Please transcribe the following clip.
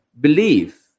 belief